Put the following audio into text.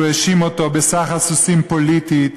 כשהוא האשים אותו בסחר סוסים פוליטי,